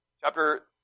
Chapter